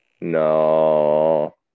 No